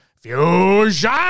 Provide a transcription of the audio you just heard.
Fusion